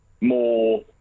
more